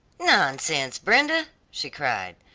nonsense, brenda, she cried,